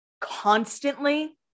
constantly